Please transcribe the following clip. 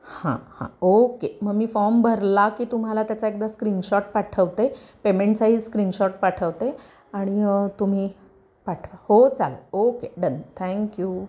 हां हां ओके मग मी फॉर्म भरला की तुम्हाला त्याचा एकदा स्क्रीनशॉट पाठवते पेमेंटचाही स्क्रीनशॉट पाठवते आणि तुम्ही पाठवा हो चालेल ओके डन थँक्यू